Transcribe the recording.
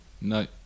No